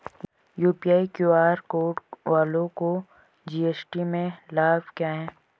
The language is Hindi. यू.पी.आई क्यू.आर कोड वालों को जी.एस.टी में लाभ क्या है?